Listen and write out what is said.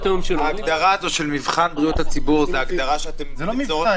ההגדרה הזאת של מבחן בריאות הציבור זו הגדרה שאתם --- זה לא מבחן,